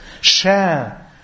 Share